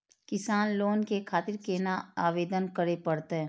किसान लोन के खातिर केना आवेदन करें परतें?